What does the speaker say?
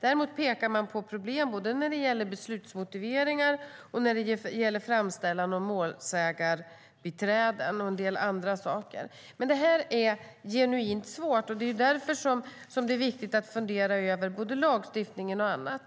Däremot pekar man på problem både när det gäller beslutsmotiveringar och när det gäller framställan om målsägarbiträde, liksom en del andra saker. Detta är genuint svårt, och det är viktigt att fundera över både lagstiftningen och annat.